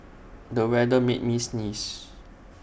the weather made me sneeze